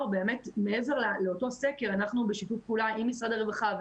מעבר לאותו סקר אנחנו בשיתוף פעולה עם משרד הרווחה,